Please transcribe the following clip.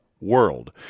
world